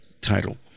title